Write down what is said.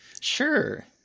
Sure